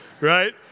right